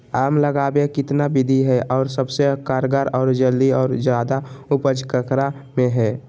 आम लगावे कितना विधि है, और सबसे कारगर और जल्दी और ज्यादा उपज ककरा में है?